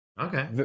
okay